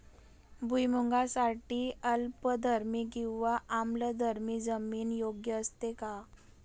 भुईमूगासाठी अल्कधर्मी किंवा आम्लधर्मी जमीन योग्य असते का?